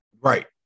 Right